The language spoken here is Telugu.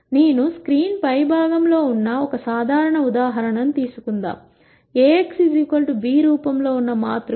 నేను స్క్రీన్ పై భాగం లో ఉన్న ఒక సాధారణ ఉదాహరణను తీసుకుందాం A x b రూపంలో ఉన్న మాతృక